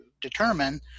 determine